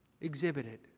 exhibited